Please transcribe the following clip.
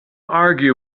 argue